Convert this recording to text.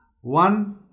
One